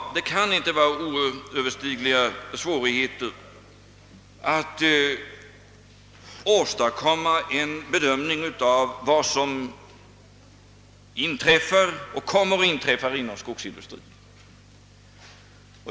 Det kan inte föreligga oöverstigliga svårigheter att få till stånd en bedömning av vad som inträffat och kommer att inträffa inom skogsindustrin.